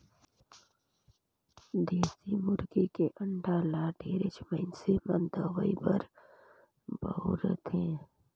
देसी मुरगी के अंडा ल ढेरेच मइनसे मन दवई बर बउरथे